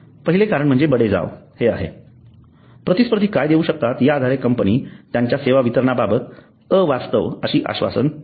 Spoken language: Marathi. पहिले कारण म्हणजे बडेजाव हे आहे प्रतिस्पर्धी काय देऊ शकतात याआधारे कंपनी त्यांच्या सेवा वितरणाबाबत अवास्तव अशी आश्वासन देते